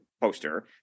poster